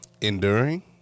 Enduring